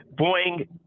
Boeing